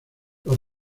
los